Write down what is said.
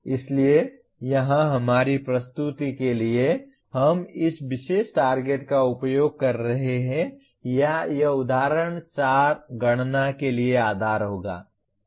इसलिए यहां हमारी प्रस्तुति के लिए हम इस विशेष टारगेट का उपयोग कर रहे हैं या यह उदाहरण 4 गणना के लिए आधार होगा